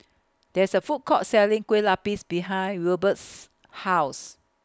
There IS A Food Court Selling Kueh Lapis behind Wilbert's House